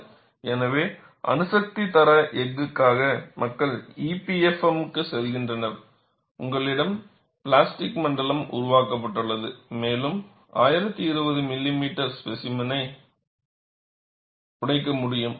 எனவே அணுசக்தி தர எஃகுக்காக மக்கள் EPFM க்கு செல்கின்றனர் உங்களிடம் பிளாஸ்டிக் மண்டலம் உருவாக்கப்பட்டுள்ளது மேலும் 1020 மில்லிமீட்டர் ஸ்பேசிமெனை உடைக்க முடியாது